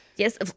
Yes